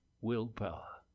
willpower